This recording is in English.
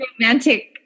romantic